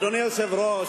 אדוני היושב-ראש,